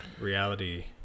reality